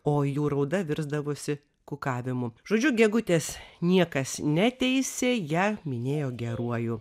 o jų rauda virsdavusi kukavimu žodžiu gegutės niekas neteisė ją minėjo geruoju